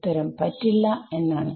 ഉത്തരം പറ്റില്ല എന്നാണ്